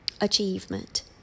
achievement